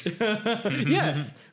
Yes